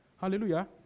Hallelujah